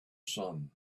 sun